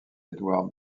edward